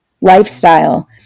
lifestyle